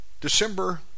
December